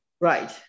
Right